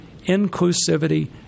inclusivity